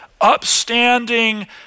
upstanding